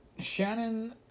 Shannon